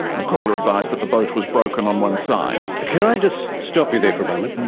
the caller advised that the boat was broken on one side. can i just stop you there for a moment?